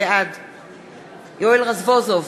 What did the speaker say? בעד יואל רזבוזוב,